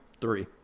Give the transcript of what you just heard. three